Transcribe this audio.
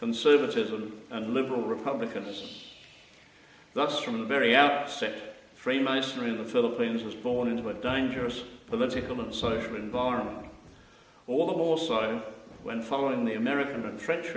conservatism and liberal republicans that's from the very outset freemasonry in the philippines was born into a dangerous political and social environment all the more so when following the american and french